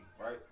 Right